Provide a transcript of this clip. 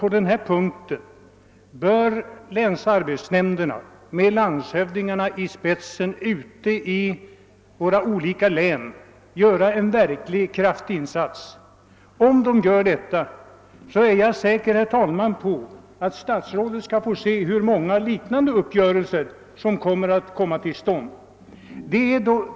På de här vägarna bör länsarbetsnämnder na i våra olika län, med landshövdingen i spetsen, kunna göra en verklig kraftinsats. Jag är säker på att statsrådet skall få se att många liknande uppgörelser kommer till stånd.